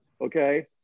okay